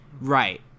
right